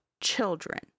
children